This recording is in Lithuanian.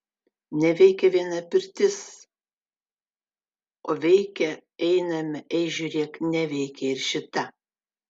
neveikia viena pirtis o veikia einame ei žiūrėk neveikia ir šita